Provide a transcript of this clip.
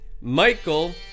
Michael